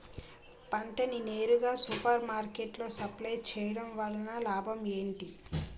పంట ని నేరుగా సూపర్ మార్కెట్ లో సప్లై చేయటం వలన లాభం ఏంటి?